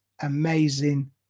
amazing